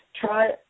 try